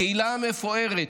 הקהילה המפוארת,